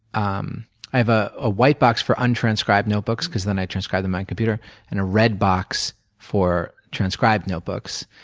um i have ah a white box for untranscribed notebooks because then i transcribe them on my computer and a red box for transcribed notebooks.